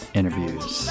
Interviews